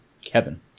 Kevin